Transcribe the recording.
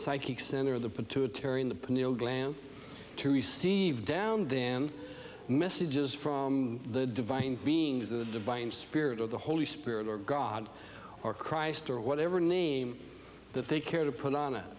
psychic center of the pituitary in the gland to receive down the messages from the divine beings the divine spirit of the holy spirit or god or christ or whatever name that they care to put on it